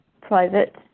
Private